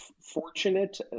fortunate